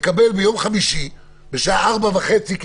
לקבל ביום חמישי ב-16:30, כי